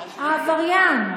העבריין,